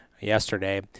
yesterday